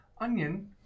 Onion